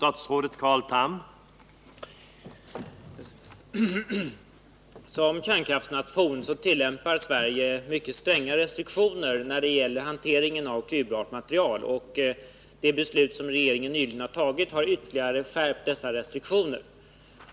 Herr talman! Som kärnkraftsnation tillämpar Sverige mycket stränga restriktioner när det gäller hanteringen av klyvbart material. Det beslut som regeringen nyligen har fattat har ytterligare skärpt dessa restriktioner.